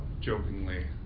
jokingly